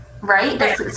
right